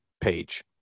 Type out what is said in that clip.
page